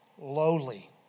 Lowly